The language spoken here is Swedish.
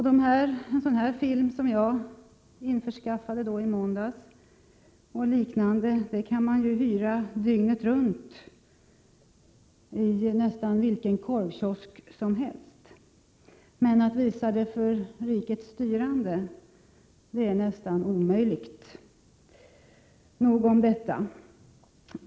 Den film som jag införskaffade i måndags och liknande filmer kan man hyra dygnet runt i nästan vilken korvkiosk som helst. Men att visa en film av detta slag för rikets styrande är nästan omöjligt. Nog om detta.